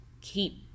keep